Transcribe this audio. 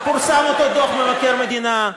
פורסם אותו דוח מבקר המדינה,